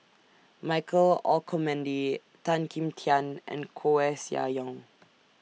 Michael Olcomendy Tan Kim Tian and Koeh Sia Yong